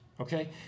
okay